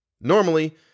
Normally